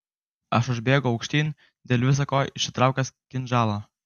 aš užbėgau aukštyn dėl visa ko išsitraukęs kinžalą